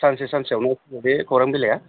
सानसे सानसेआवनो बे खौरां बिलाइआ